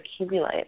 accumulate